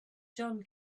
john